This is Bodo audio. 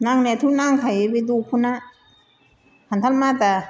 नांनायाथ' नांखायो बे दख'ना खान्थाल मादा